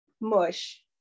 mush